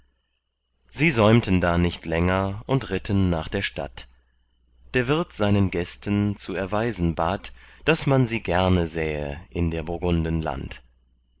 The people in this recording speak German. sie säumten da nicht länger und ritten nach der stadt der wirt seinen gästen zu erweisen bat daß man sie gerne sähe in der burgunden land